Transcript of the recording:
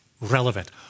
relevant